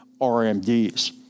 RMDs